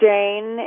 Jane